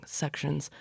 sections